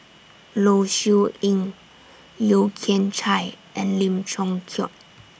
Low Siew Nghee Yeo Kian Chye and Lim Chong Keat